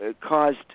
caused